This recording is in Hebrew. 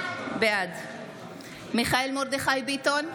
בעד מיכאל מרדכי ביטון,